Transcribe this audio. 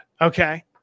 okay